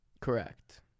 Correct